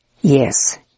Yes